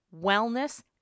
wellness